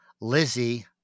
Lizzie